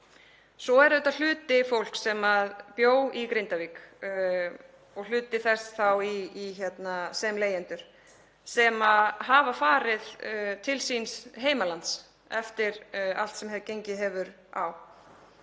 Svo er auðvitað hluti fólks sem bjó í Grindavík, og hluti þess þá sem leigjendur, sem hefur farið til síns heimalands eftir allt sem gengið hefur á.